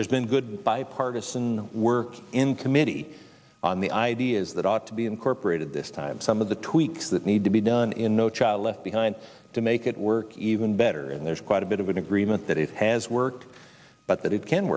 there's been good bipartisan work in committee on the ideas that ought to be incorporated this time some of the tweaks that need to be done in no child left behind to make it work even better and there's quite a bit of an agreement that it has worked but that it can